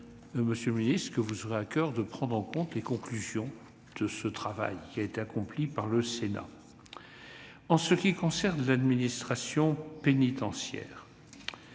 garde des sceaux, que vous aurez à coeur de prendre en compte les conclusions de ce travail accompli par le Sénat. En ce qui concerne l'administration pénitentiaire,